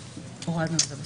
הורדנו.